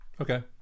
Okay